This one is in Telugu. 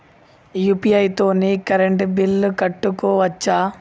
యూ.పీ.ఐ తోని కరెంట్ బిల్ కట్టుకోవచ్ఛా?